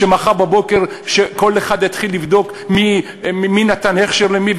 שמחר בבוקר כל אחד יתחיל לבדוק מי נתן הכשר למי?